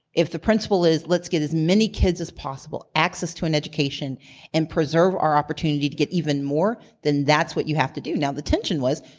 if the principle is, let's get as many kids as possible access to an education and preserve our opportunity to get even more, than that's what you have to do. now the tension was,